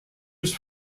his